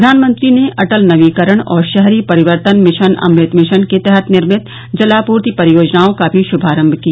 प्रधानमंत्री ने अटल नवीकरण और शहरी परिवर्तन मिशन अमृत मिशन के तहत निर्मित जलापूर्ति परियोजनाओं का भी शुभारम्भ किया